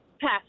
Pass